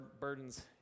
burdens